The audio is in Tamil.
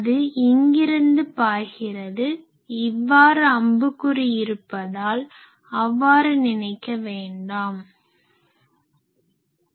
அது இங்கிருந்து பாய்கிறது இவ்வாறு அம்புக்குறி இருப்பதால் அவ்வாறு நினைக்க வேண்டாம்